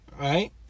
Right